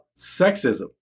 sexism